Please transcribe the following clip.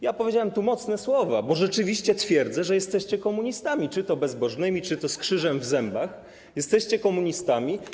Ja powiedziałem tu mocne słowa, bo rzeczywiście twierdzę, że jesteście komunistami, czy to bezbożnymi, [[Wesołość na sali]] czy to z krzyżem w zębach - jesteście komunistami.